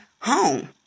home